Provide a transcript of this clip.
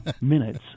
minutes